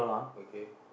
okay